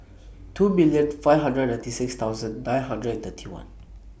two million five hundred ninety six thousand nine hundred and thirty one